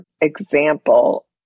example